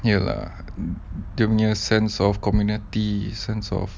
ya lah dia punya sense of community sense of